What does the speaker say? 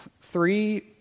Three